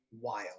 wild